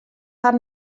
har